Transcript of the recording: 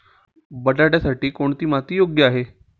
बटाट्यासाठी कोणती माती योग्य आहे?